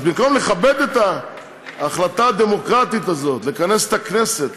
אז במקום לכבד את ההחלטה הדמוקרטית הזאת לכנס את הכנסת